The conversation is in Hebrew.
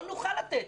לא נוכל לתת.